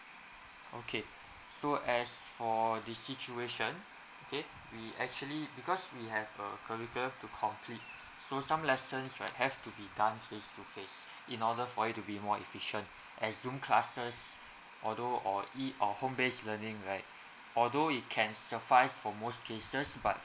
okay so as for the situation okay we actually because we have a curriculum to complete so some lessons right have to be done face to face in order for it to be more efficient as zoom classes although or e or home based learning right although it can suffice for most cases but